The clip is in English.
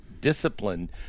discipline